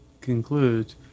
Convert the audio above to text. conclude